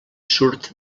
surt